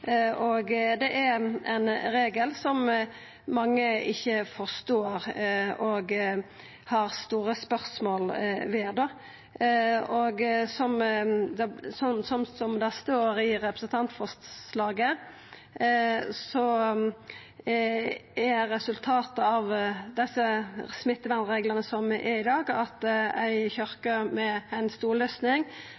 og det er ein regel som mange ikkje forstår og setter store spørsmålsteikn ved. Som det står i representantforslaget, er resultatet av smittevernreglane som er i dag, at ei